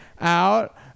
out